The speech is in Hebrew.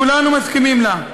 כולנו מסכימים לה,